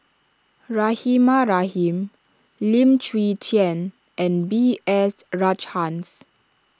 Rahimah Rahim Lim Chwee Chian and B S Rajhans